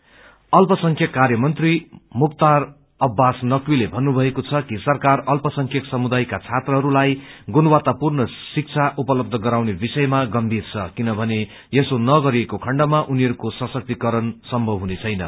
मार्डनोरेटि अल्पसंख्यक कार्यमंत्री मुख्तार अब्बास नकवीले भन्नुभएको छ कि सरकार अल्पसंख्यक समुदायका छात्रहस्लाई गुणवत्तापूर्ण शिक्षा उपलब्ध गराउने विषयमा गम्बीर छ किनभने यसो नगरेको खण्डमा उनीहरूको सशक्तिकरण सम्भव हुनेछैन